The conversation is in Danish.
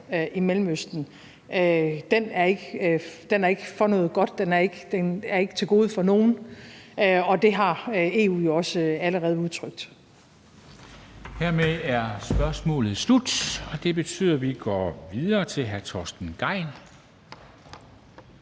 i Mellemøsten, er ikke godt for noget; den er ikke til det gode for nogen. Det har EU jo også allerede udtrykt.